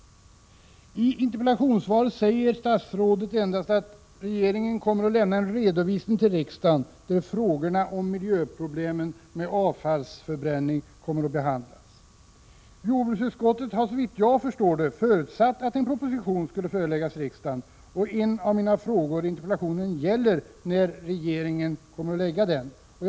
I interpellationssvaret säger statsrådet endast att regeringen kommer att lämna en redovisning till riksdagen där frågorna om miljöproblemen med avfallsförbränning kommer att behandlas. Jordbruksutskottet har, såvitt jag förstår, förutsatt att en proposition skulle föreläggas riksdagen, och en av mina frågor i interpellationen gäller när regeringen kommer att lägga fram denna proposition.